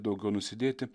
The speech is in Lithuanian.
daugiau nusidėti